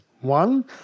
One